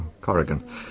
Corrigan